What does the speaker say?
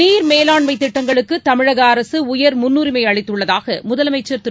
நீர் மேலாண்மை திட்டங்களுக்கு தமிழக அரசு உயர் முன்னுரிமை அளித்துள்ளதாக முதலமைச்சர் திரு